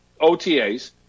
OTAs